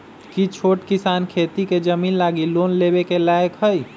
कि छोट किसान खेती के जमीन लागी लोन लेवे के लायक हई?